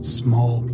small